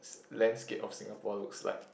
landscape of Singapore looks like